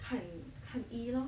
看看医 lor